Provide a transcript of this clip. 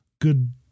good